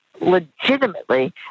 legitimately